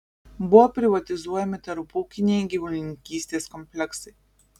buvo privatizuojami tarpūkiniai gyvulininkystės kompleksai